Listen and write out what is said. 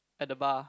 at the bar